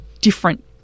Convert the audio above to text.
different